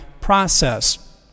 process